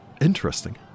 interesting